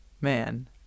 man